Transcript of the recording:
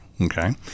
okay